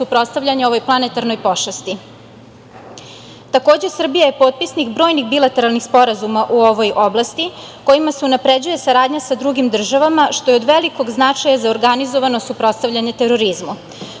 suprotstavljanje ovoj planetarnoj pošasti. Takođe, Srbija je potpisnik brojnih bilateralnih sporazuma u ovoj oblasti kojima se unapređuje saradnja sa drugim državama, što je od velikog značaja za organizovano suprotstavljanje terorizmu.